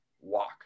walk